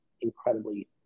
incredibly